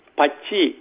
pachi